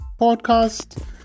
podcast